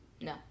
No